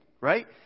Right